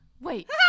wait